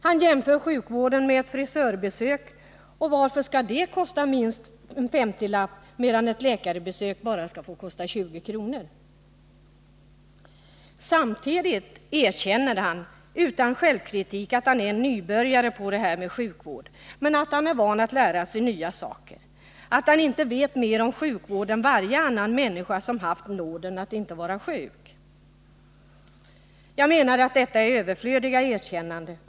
Han jämför sjukvården med ett frisörbesök och frågar sig varför detta skall kosta minst 50 kr., medan ett läkarbesök skall få kosta bara 20 kr. Samtidigt erkänner han utan självkritik att han är en nybörjare på det här som rör sjukvård men att han är van att lära sig nya saker, att han inte vet mer om sjukvård än varje annan människa som har haft nåden att inte vara sjuk. Jag menar att detta är överflödiga erkännanden.